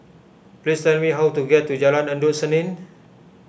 please tell me how to get to Jalan Endut Senin